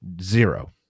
Zero